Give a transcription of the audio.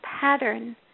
pattern